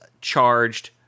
charged